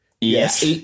Yes